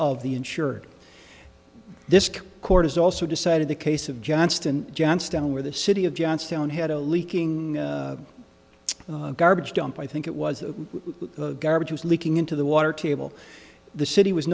of the insured this court has also decided the case of johnston johnston where the city of johnstone had a leaking garbage dump i think it was garbage was leaking into the water table the city was